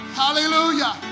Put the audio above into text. hallelujah